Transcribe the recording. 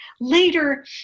later